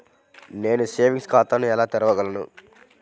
నేను సేవింగ్స్ ఖాతాను ఎలా తెరవగలను?